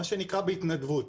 מה שנקרא בהתנדבות.